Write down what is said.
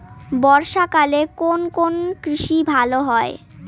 বর্ষা কালে কোন কোন কৃষি ভালো হয়?